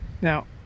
now